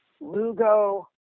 Lugo